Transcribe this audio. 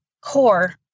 core